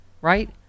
right